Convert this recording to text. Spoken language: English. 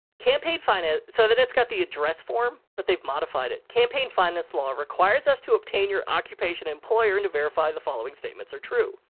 campaign, so then it's got the address form, but they've modified it. campaign finance law requires us to obtain your occupation, employer and to verify the following statements are true.